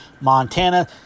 Montana